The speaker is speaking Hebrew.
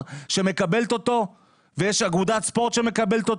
שמקבלת אותו ויש אגודת ספורט שמקבלת אותו?